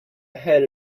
ahead